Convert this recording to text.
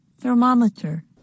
Thermometer